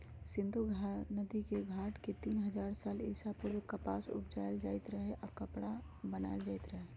सिंधु नदिके घाट में तीन हजार साल ईसा पूर्व कपास उपजायल जाइत रहै आऽ कपरा बनाएल जाइत रहै